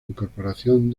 incorporación